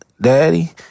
Daddy